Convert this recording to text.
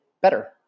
better